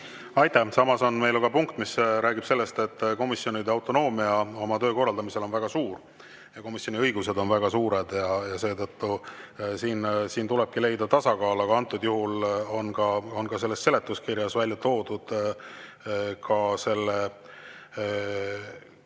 Aitäh! Samas on meil ju ka punkt, mis räägib sellest, et komisjonide autonoomia oma töö korraldamisel on väga suur ja komisjoni õigused on väga suured. Seetõttu siin tulebki leida tasakaal. Antud juhul on selles seletuskirjas välja toodud kooskõlastusringiga